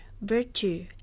virtue